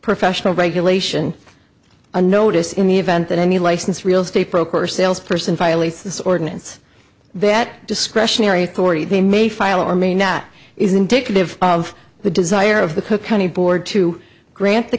professional regulation a notice in the event that any licensed real estate broker or sales person violates this ordinance that discretionary authority they may file or may not is indicative of the desire of the cook county board to grant the